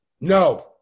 No